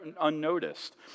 unnoticed